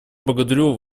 благодарю